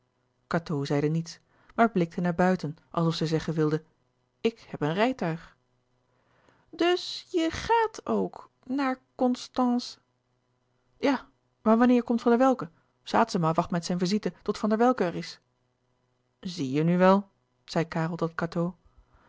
cateau zeide niets maar blikte naar buiten alsof zij zeggen wilde ik heb een rijtuig dus je gàat ook naar constànce ja maar wanneer komt van der welcke saetzema wacht met zijn visite tot van der welcke er is zie je nu wel zei karel tot cateau